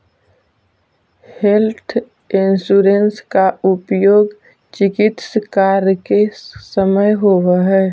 health insurance के उपयोग चिकित्स कार्य के समय होवऽ हई